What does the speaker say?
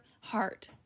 heart